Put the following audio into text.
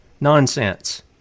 Nonsense